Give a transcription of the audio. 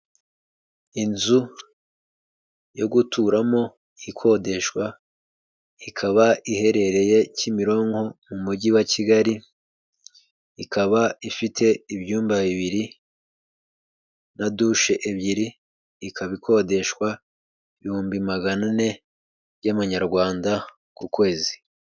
Inzu yo guturamo ikodeshwa ikaba iherereye kimironko mu mujyi wa Kigali, ikaba ifite ibyumba bibiri na dushe ebyiri, ikaba ikodeshwa ibihumbi magana ane y'amanyarwanda ku kwezi.